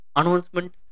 announcement